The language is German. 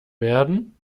werden